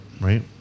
right